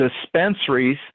dispensaries